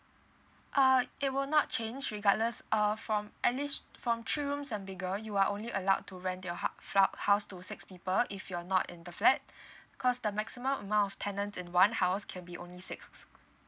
uh it will not change regardless uh from at least from three rooms and bigger you are only allowed to rent your hou~ fla~ house to six people if you're not in the flat cause the maximum amount of tenant in one house can be only six